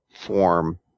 form